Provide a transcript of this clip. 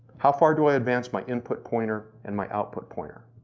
how far do i advanced my input pointer and my output pointer?